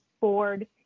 board